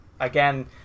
again